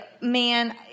man